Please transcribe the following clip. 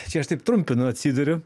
čia aš taip trumpinu atsiduriu